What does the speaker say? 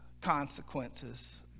consequences